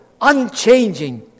unchanging